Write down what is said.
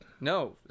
No